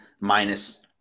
minus